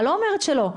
אני לא אומרת שלא.